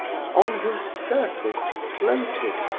on whose surface floated,